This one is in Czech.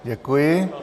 Děkuji.